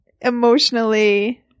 emotionally